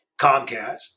Comcast